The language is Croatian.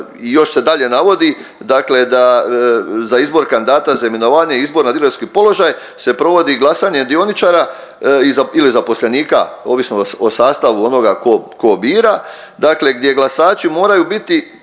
još se dalje navodi, dakle da za izbor kandidata za imenovanje i izbor na direktorski položaj se provodi glasanjem dioničara ili zaposlenika ovisno o sastavu onoga tko, tko bira, dakle gdje glasači moraju biti